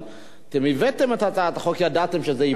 אבל אתם הבאתם את הצעת החוק, ידעתם שזה ייפול.